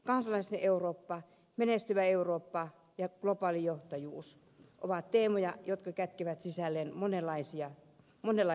kansalaisten eurooppa menestyvä eurooppa ja globaali johtajuus ovat teemoja jotka kätkevät sisälleen monenlaista tahtotilaa